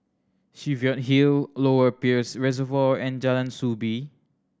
Cheviot Hill Lower Peirce Reservoir and Jalan Soo Bee